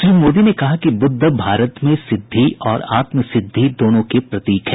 श्री मोदी ने कहा कि बुद्ध भारत में सिद्धि और आत्म सिद्धि दोनों के प्रतीक हैं